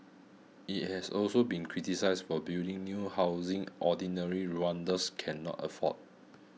it has also been criticised for building new housing ordinary Rwandans cannot afford